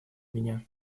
меня